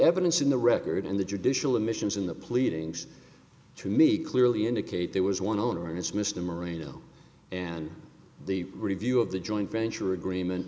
evidence in the record and the judicial emissions in the pleadings to me clearly indicate there was one owner and his mr marino and the review of the joint venture agreement